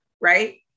right